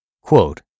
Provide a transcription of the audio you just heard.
Quote